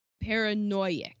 paranoid